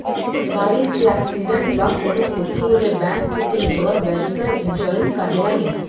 গাড়ির অ্যাকসিডেন্ট বা কোনো ক্ষতি হলে ব্যাংক থেকে নেওয়া ভেহিক্যাল ইন্সুরেন্স কাজে লাগে